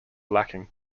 lacking